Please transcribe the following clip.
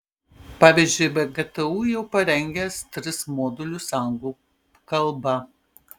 pavyzdžiui vgtu jau parengęs tris modulius anglų kalba